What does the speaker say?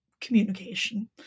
communication